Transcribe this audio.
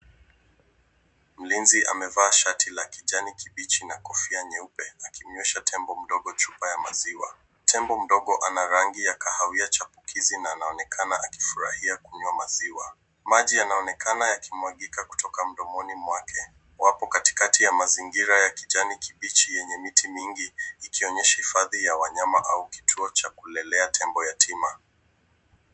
Mlinzi amevaa shati la kijani kibichi na kofia nyeupe akimnywesha tembo mdogo chupa ya maziwa. Tembo mdogo ana rangi ya kahawia chapukizi na anaonekana kufurahia kunywa maziwa. Maji yanaonekana yakimwagika kutoka mdomoni mwake. Wapo katikati ya mazingira ya kijani kibichi yenye miti mingi ikionyesha hifadhi ya wanyama au kituo cha kulelea tembo yatima.